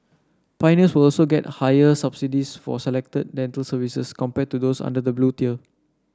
pioneers will also get higher subsidies for selected dental services compared to those under the Blue Tier